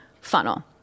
funnel